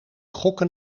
gokken